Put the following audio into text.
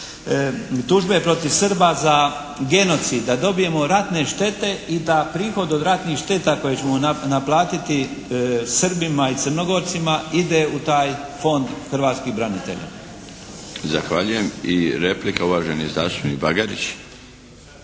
tužbe protiv Srba za genocid, da dobijemo ratne štete i a prihod od ratnih šteta koje ćemo naplatiti Srbima i Crnogorcima ide u taj Fond hrvatskih branitelja. **Milinović, Darko (HDZ)** Zahvaljujem. I replika, uvaženi zastupnik Bagarić.